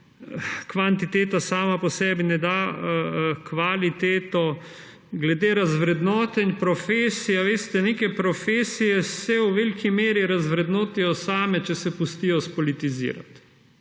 kvantiteta sama po sebi ne da kvalitete. Glede razvrednotenj profesij. Veste, neke profesije se v veliki meri razvrednotijo same, če se pustijo spolitizirati;